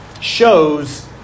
shows